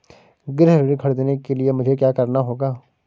गृह ऋण ख़रीदने के लिए मुझे क्या करना होगा?